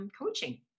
coaching